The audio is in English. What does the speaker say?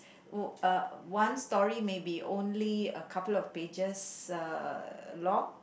oh uh one story may be only a couple of pages uh long